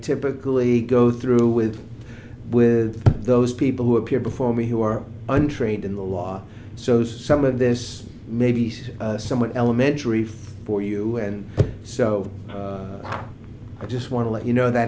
typically go through with with those people who appear before me who are untrained in the law so some of this may be said somewhat elementary for you and so i just want to let you know that